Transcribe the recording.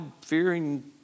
fearing